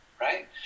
right